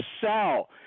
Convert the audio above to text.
sell